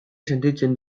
sentitzen